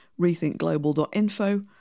rethinkglobal.info